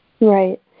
Right